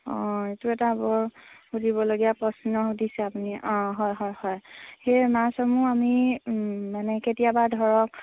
অঁ এইটো এটা বৰ সুধিবলগীয়া প্ৰশ্ন সুধিছে আপুনি অঁ হয় হয় হয় সেই মাছসমূহ আমি মানে কেতিয়াবা ধৰক